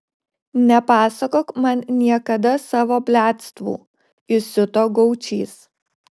nepasakok man niekada savo bliadstvų įsiuto gaučys